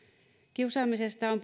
kiusaamisesta on